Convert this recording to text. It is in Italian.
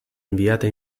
inviate